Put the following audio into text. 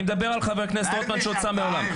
אני מדבר על חבר הכנסת רוטמן שיצא מהאולם.